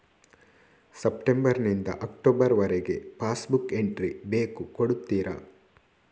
September ನಿಂದ October ವರಗೆ passbook entry ಬೇಕು ಕೊಡುತ್ತೀರಾ?